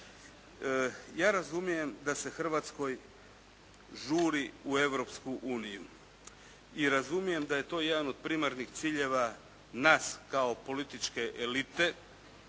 Ja razumijem da se Hrvatskoj žuri u Europsku uniju i razumijem da je to jedan od primarnih ciljeva nas kao političke elite,